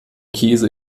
käse